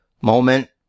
moment